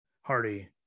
Hardy